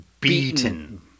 beaten